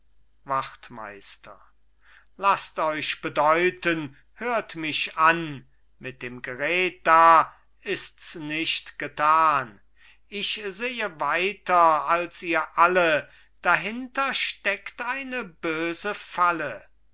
wachtmeister laßt euch bedeuten hört mich an mit dem gered da ists nicht getan ich sehe weiter als ihr alle dahinter steckt eine böse falle